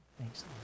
thanks